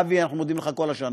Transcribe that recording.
אבי, אנחנו מודים לך כל השנה.